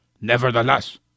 Nevertheless